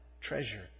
treasure